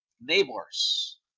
neighbors